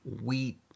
wheat